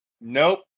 Nope